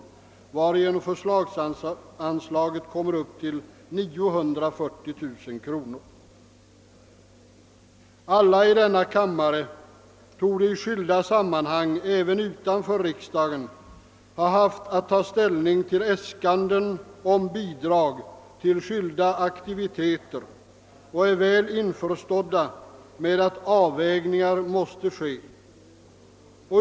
Härigenom kommer förslagsanslaget upp till 940 000 kronor. Alla ledamöter av denna kammare torde i olika sammanhang, även utanför riksdagen, ha haft att ta ställning till äskanden om bidrag till skilda aktiviteter och bör därför vara väl införstådda med att avvägningar måste göras.